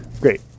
Great